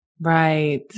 Right